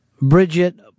Bridget